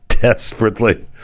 desperately